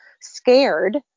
scared